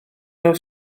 nhw